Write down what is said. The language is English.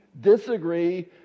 disagree